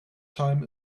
time